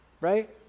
right